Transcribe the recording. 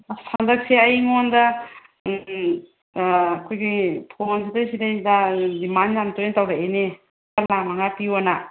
ꯍꯟꯗꯛꯁꯦ ꯑꯩꯉꯣꯟꯗ ꯑꯩꯈꯣꯏꯒꯤ ꯐꯣꯟꯁꯤꯗꯩ ꯁꯤꯗꯩꯁꯤꯗ ꯎꯝ ꯗꯤꯃꯥꯟ ꯌꯥꯝ ꯇꯣꯏ ꯇꯧꯔꯛꯏꯟꯦ ꯂꯨꯄꯥ ꯂꯥꯛ ꯃꯉꯥ ꯄꯤꯎꯅ